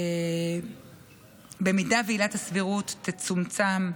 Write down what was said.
אם עילת הסבירות תצומצם,